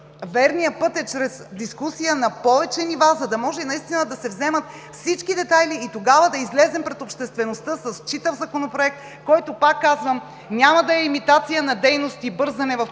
Верният път е чрез дискусия на повече нива, за да може наистина да се вземат всички детайли и тогава да излезем пред обществеността с читав законопроект, който, пак казвам, няма да е имитация на дейност и бързане в подкрепа